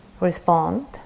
respond